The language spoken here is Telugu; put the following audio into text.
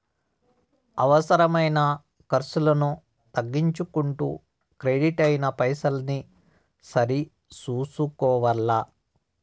అవసరమైన కర్సులను తగ్గించుకుంటూ కెడిట్ అయిన పైసల్ని సరి సూసుకోవల్ల